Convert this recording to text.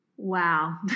Wow